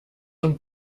und